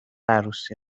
عروسی